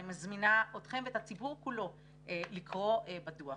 אני מזמינה אתכם ואת הציבור כולו לקרוא בדוח.